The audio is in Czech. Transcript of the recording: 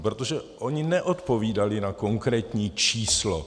Protože oni neodpovídali na konkrétní číslo.